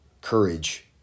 courage